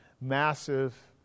massive